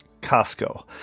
Costco